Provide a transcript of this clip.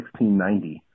1690